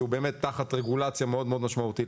שהוא באמת תחת רגולציה מאוד מאוד משמעותית,